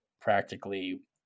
practically